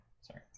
Sorry